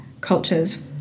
cultures